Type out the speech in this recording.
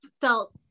felt